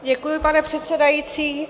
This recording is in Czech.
Děkuji, pane předsedající.